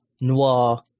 noir